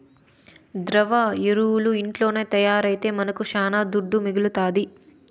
ద్రవ ఎరువులు ఇంట్లోనే తయారైతే మనకు శానా దుడ్డు మిగలుతాది